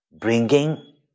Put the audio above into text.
bringing